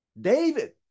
David